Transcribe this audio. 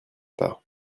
pas